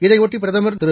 இதைபொட்டி பிரதமர் திரு